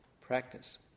Practice